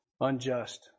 unjust